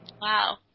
Wow